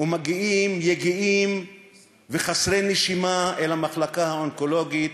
ומגיעים יגעים וחסרי נשימה אל המחלקה האונקולוגית,